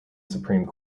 supreme